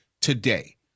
today